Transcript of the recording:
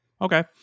Okay